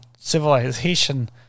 civilization